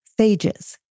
phages